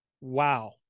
Wow